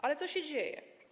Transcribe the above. Ale co się dzieje?